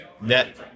net